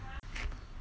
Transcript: err